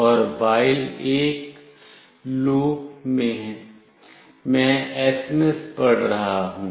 और while loop में मैं एसएमएस पढ़ रहा हूं